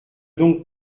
donc